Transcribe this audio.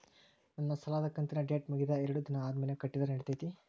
ನನ್ನ ಸಾಲದು ಕಂತಿನ ಡೇಟ್ ಮುಗಿದ ಎರಡು ದಿನ ಆದ್ಮೇಲೆ ಕಟ್ಟಿದರ ನಡಿತೈತಿ?